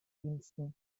diensten